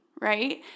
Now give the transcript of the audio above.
right